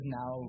now